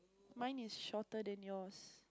mine is shorter than yours